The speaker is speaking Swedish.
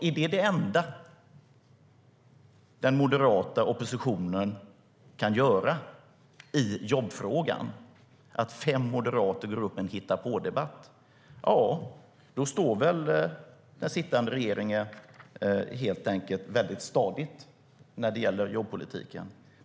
Om det enda fem moderater i oppositionen kan göra i jobbfrågan är att gå upp i en hittepådebatt står den sittande regeringen helt stadigt i jobbpolitiken.